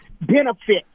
benefit